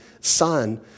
son